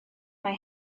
mae